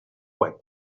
web